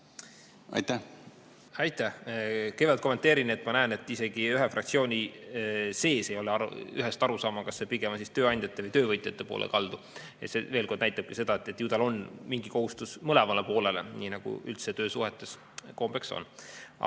Aitäh! Kõigepealt kommenteerin, et ma näen, et isegi ühe fraktsiooni sees ei ole ühest arusaama, kas see on tööandjate või töövõtjate poole kaldu. See veel kord näitab seda, et ju ta [paneb] mingi kohustuse mõlemale poolele, nii nagu üldse töösuhetes kombeks on.